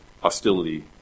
hostility